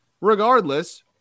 regardless